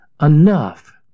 enough